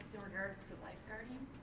in regards to lifeguarding.